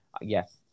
yes